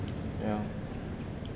ya